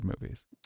movies